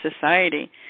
society